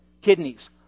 Kidneys